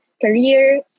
career